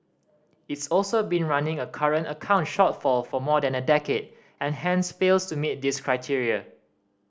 it's also been running a current account shortfall for more than a decade and hence fails to meet this criteria